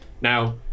Now